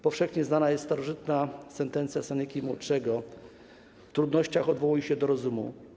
Powszechnie znana jest starożytna sentencja Seneki Młodszego: W trudnościach odwołuj się do rozumu.